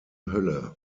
hölle